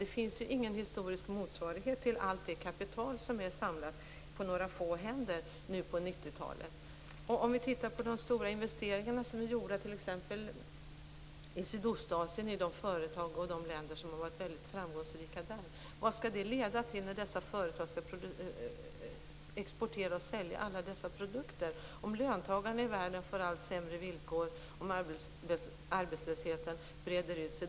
Det finns ingen historisk motsvarighet till allt det kapital som är samlat på några få händer nu på 90 talet. Stora investeringar är gjorda t.ex. i Sydostasien, i de företag och de länder som har varit väldigt framgångsrika där. Hur skall dessa företag kunna exportera och sälja alla dessa produkter om löntagarna i världen får allt sämre villkor och arbetslösheten breder ut sig?